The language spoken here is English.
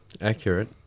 accurate